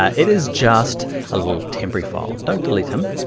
um it is just a little temporary file. don't delete him.